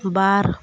ᱵᱟᱨ